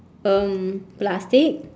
um plastic